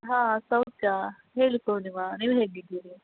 ಹಾಂ ಸೌಖ್ಯ ಹೇಳಿ ಪೂರ್ಣಿಮಾ ನೀವು ಹೇಗಿದ್ದೀರಿ